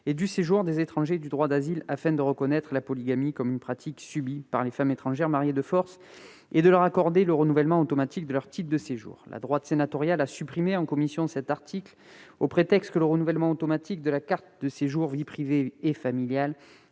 et du séjour des étrangers et du droit d'asile, afin de reconnaître la polygamie comme une pratique subie par les femmes étrangères mariées de force et de leur accorder le renouvellement automatique de leur titre de séjour. La droite sénatoriale a supprimé en commission cet article au prétexte que le renouvellement automatique de la carte de séjour « vie privée et familiale